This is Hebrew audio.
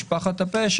משפחת הפשע,